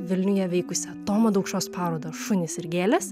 vilniuje veikusią tomo daukšos parodą šunys ir gėlės